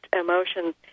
emotions